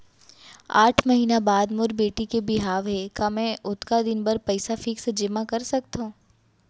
आठ महीना बाद मोर बेटी के बिहाव हे का मैं ओतका दिन भर पइसा फिक्स जेमा कर सकथव?